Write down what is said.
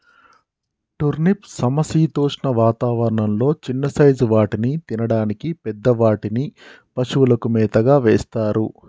turnip సమశీతోష్ణ వాతావరణం లొ చిన్న సైజ్ వాటిని తినడానికి, పెద్ద వాటిని పశువులకు మేతగా వేస్తారు